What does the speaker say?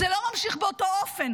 זה לא ממשיך באותו אופן.